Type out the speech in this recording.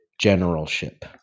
Generalship